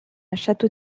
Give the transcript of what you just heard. château